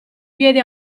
piedi